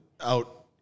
out